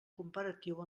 comparatiu